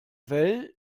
vella